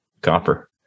copper